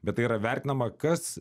bet tai yra vertinama kas